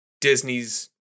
Disney's